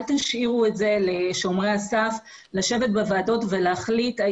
אל תשאירו את זה לשומרי הסף לשבת בוועדות ולהחליט.